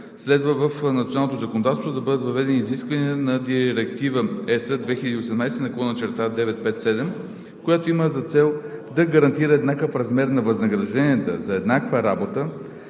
следва в националното законодателство да бъдат въведени изискванията на Директива (ЕС) 2018/957, която има за цел да се гарантира еднакъв размер на възнаграждението за еднаква работа,